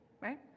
right